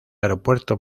aeropuerto